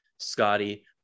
scotty